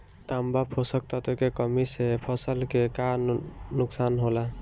तांबा पोषक तत्व के कमी से फसल के का नुकसान होला?